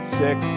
six